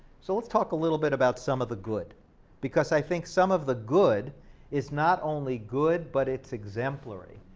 so, let's talk a little bit about some of the good because i think some of the good is not only good but it's exemplary.